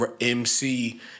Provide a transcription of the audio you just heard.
MC